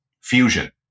Fusion